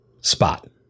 spot